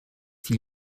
fiel